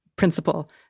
principle